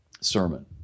sermon